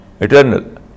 eternal